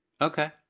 Okay